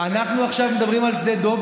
אנחנו עכשיו מדברים על שדה דב,